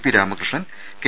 P Ramakrishnan K